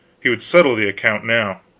he would settle the account now.